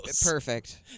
Perfect